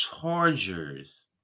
Chargers